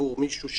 עבור מישהו,